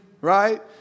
right